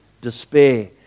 despair